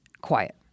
quiet